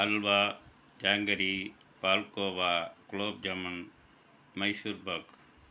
halwa jangiri palkova gulab jamun Mysore Bagh